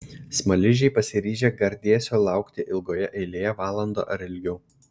smaližiai pasiryžę gardėsio laukti ilgoje eilėje valandą ar ilgiau